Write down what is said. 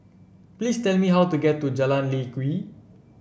please tell me how to get to Jalan Lye Kwee